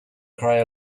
cry